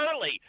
early